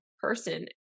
person